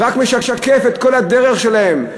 זה רק משקף את הדרך שלהם.